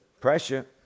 Pressure